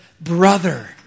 brother